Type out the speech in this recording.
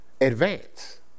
advance